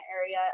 area